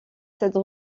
cette